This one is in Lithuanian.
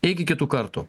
iki kitų kartų